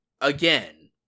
Again